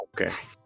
okay